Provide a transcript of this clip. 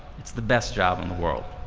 it's the best job in the world.